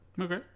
Okay